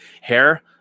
hair